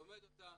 לומד אותה,